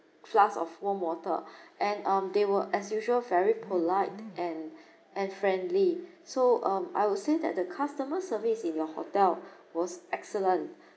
flask of warm water and um they were as usual very polite and and friendly so um I would say that the customer service in your hotel was excellent